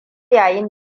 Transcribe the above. yayin